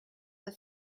the